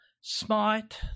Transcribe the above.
smite